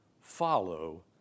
follow